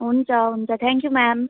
हुन्छ हुन्छ thank you ma'am